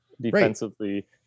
defensively